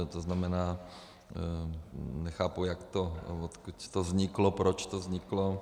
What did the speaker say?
To znamená, nechápu, odkud to vzniklo, proč to vzniklo.